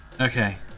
Okay